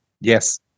yes